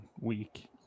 week